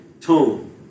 tone